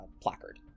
placard